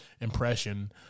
impression